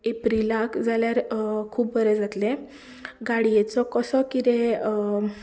एप्रिलाक जाल्यार खूब बरें जातलें गाडयेचो कसो कितें